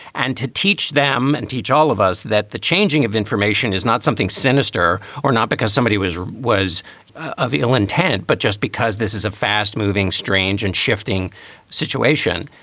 and to teach them and teach all of us that the changing of information is not something sinister or not because somebody was was of ill intent, but just because this is a fast moving, strange and shifting situation.